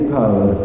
power